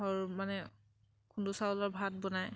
মানে খুন্দু চাউলৰ ভাত বনায়